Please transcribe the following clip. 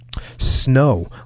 Snow